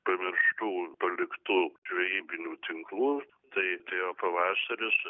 pamirštų paliktų žvejybinių tinklų tai atėjo pavasaris